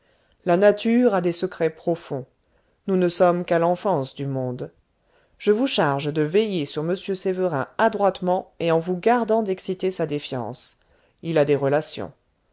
la nature a des secrets profonds nous ne sommes qu'à l'enfance du monde je vous charge de veiller sur m sévérin adroitement et en vous gardant d'exciter sa défiance il a des relations